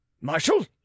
Marshal